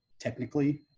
technically